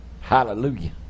Hallelujah